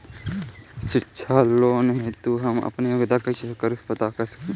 शिक्षा लोन हेतु हम आपन योग्यता कइसे पता करि तनि बताई?